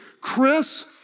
Chris